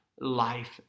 life